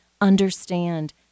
understand